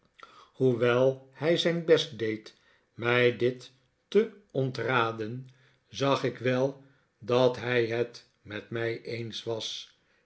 hoewel hij zijn best deed mij dit te ontraden zag ik wel'dat hij het met mij eens was